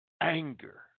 anger